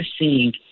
seeing